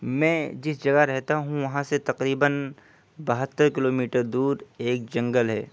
میں جس جگہ رہتا ہوں وہاں سے تقریبا بہتر کلو میٹر دور ایک جنگل ہے